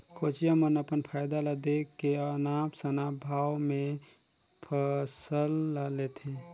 कोचिया मन अपन फायदा ल देख के अनाप शनाप भाव में फसल ल लेथे